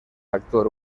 actor